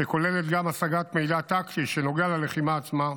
שכוללת גם השגת מידע טקטי שנוגע ללחימה עצמה,